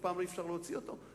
אף פעם אי-אפשר להוציא אותו,